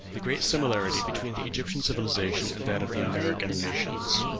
the great similarity between the egyptian civilization and that of the american nations.